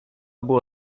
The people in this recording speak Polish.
było